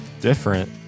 different